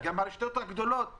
וכך גם הרשתות הגדולות בישראל,